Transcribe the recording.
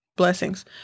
blessings